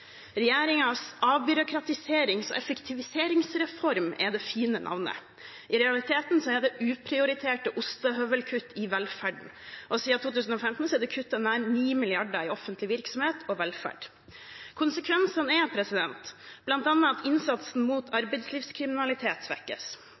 avbyråkratiserings- og effektiviseringsreform er det fine navnet. I realiteten er det uprioriterte ostehøvelkutt i velferden. Siden 2015 er det kuttet nær 9 mrd. kr i offentlig virksomhet og velferd. Konsekvensene er bl.a. at innsatsen mot